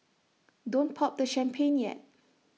don't pop the champagne yet